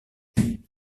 elle